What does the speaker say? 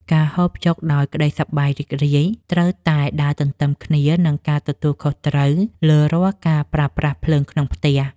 ការហូបចុកដោយក្តីសប្បាយរីករាយត្រូវតែដើរទន្ទឹមគ្នានឹងការទទួលខុសត្រូវលើរាល់ការប្រើប្រាស់ភ្លើងក្នុងផ្ទះ។